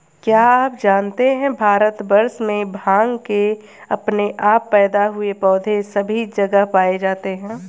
क्या आप जानते है भारतवर्ष में भांग के अपने आप पैदा हुए पौधे सभी जगह पाये जाते हैं?